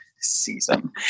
season